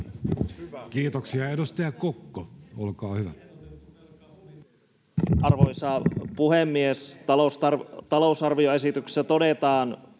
Kiitoksia. — Edustaja Rasinkangas, olkaa hyvä. Arvoisa puhemies! Talousarvioesityksessä on